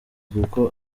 kuko